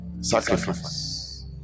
sacrifice